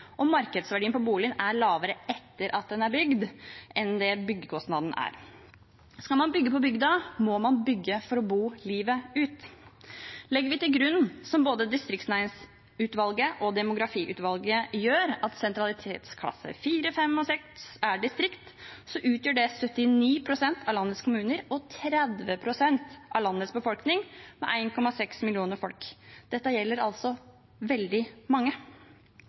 markedsverdien på boligen er lavere etter at den er bygd, enn det byggekostnaden er. Skal man bygge på bygda, må man bygge for å bo livet ut. Legger vi til grunn, som både distriktsnæringsutvalget og demografiutvalget gjør, at sentralitetsklasse 4, 5 og 6 er distrikt, utgjør det 79 pst. av landets kommuner og 30 pst. av landets befolkning – med 1,6 millioner folk. Dette gjelder altså veldig mange.